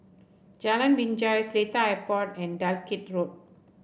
Jalan Binjai Seletar Airport and Dalkeith Road